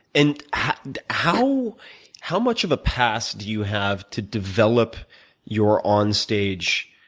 and and how how much of a past do you have to develop your on-stage